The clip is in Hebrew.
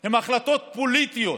הם החלטות פוליטיות,